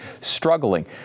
struggling